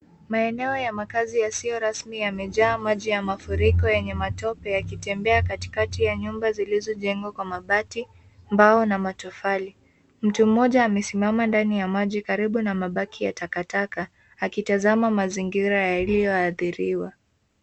Maeneo ya maeneo yasiyo rasmi yamejaa maji ya mafuriko yenye matope yakitembea katikati ya nyumba ziizojengwa kwa mabati mbao na matofali. Mtu mmoja amesimama ndani ya maji karibu na mabaki ya takataka akitazama mazingira yaliyoathiriwa.